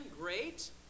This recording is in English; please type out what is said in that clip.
great